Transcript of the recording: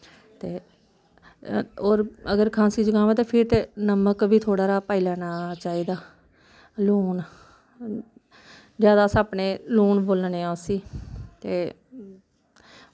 ते होर अगर खांसी जुकाम ऐ ते फिर ते नमक बी थोह्ड़ा हारा पाई लैना चाहिदा लून जैदा अस अपने लून बोलने आं उस्सी ते